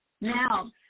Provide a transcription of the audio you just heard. Now